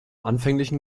anfänglichen